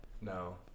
No